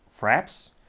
fraps